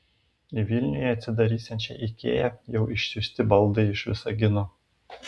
į vilniuje atsidarysiančią ikea jau išsiųsti baldai iš visagino